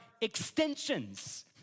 extensions